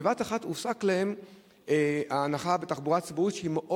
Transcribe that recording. בבת-אחת הופסקה להם ההנחה בתחבורה הציבורית,